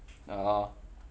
oh